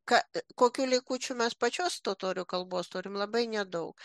ka kokių likučių mes pačios totorių kalbos turim labai nedaug